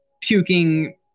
puking